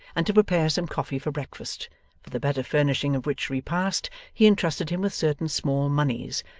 and to prepare some coffee for breakfast for the better furnishing of which repast he entrusted him with certain small moneys,